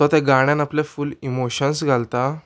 तो त्या गाण्यान आपले फूल इमोशन्स घालता